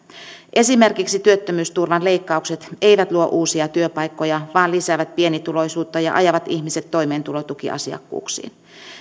esimerkiksi työttömyysturvan leikkaukset eivät luo uusia työpaikkoja vaan lisäävät pienituloisuutta ja ajavat ihmiset toimeentulotukiasiakkuuksiin